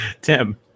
Tim